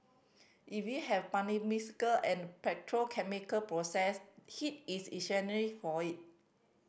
if you have and petrochemical process heat is for it